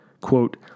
Quote